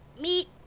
Meet